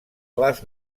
les